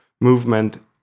movement